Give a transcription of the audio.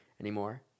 anymore